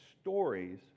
stories